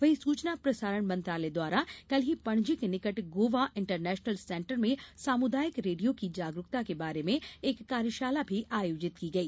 वहीं सूचना प्रसारण मंत्रालय द्वारा कल ही पणजी के निकट गोवा इंटरनेशनल सेंटर में सामुदायिक रेडियों की जागरूकता के बारे में एक कार्यशाला भी आयोजित की गई